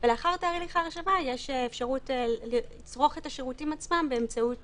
לאחר תהליך ההרשמה יש אפשרות לצרוך את השירותים עצמם באמצעות